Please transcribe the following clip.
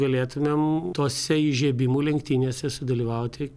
galėtumėm tose įžiebimų lenktynėse sudalyvauti